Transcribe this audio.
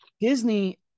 Disney